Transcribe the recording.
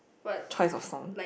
choice of